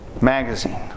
magazine